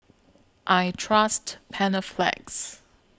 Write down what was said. I Trust Panaflex